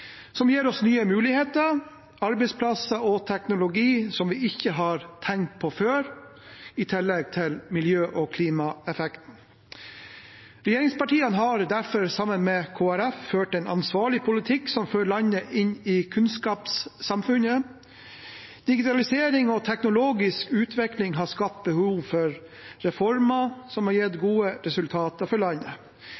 som gir oss nye muligheter, arbeidsplasser og teknologi som vi ikke har tenkt på før, i tillegg til miljø- og klimaeffekten. Regjeringspartiene har derfor, sammen med Kristelig Folkeparti, ført en ansvarlig politikk som fører landet inn i kunnskapssamfunnet. Digitalisering og teknologisk utvikling har skapt behov for reformer, som har gitt